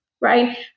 right